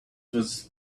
was